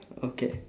okay